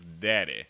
daddy